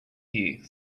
ear